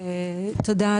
תודה.